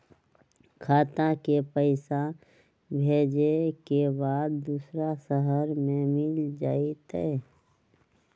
खाता के पईसा भेजेए के बा दुसर शहर में मिल जाए त?